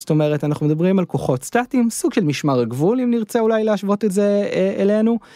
זאת אומרת אנחנו מדברים על כוחות סטטים סוג של משמר גבול אם נרצה אולי להשוות את זה אלינו.